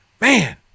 man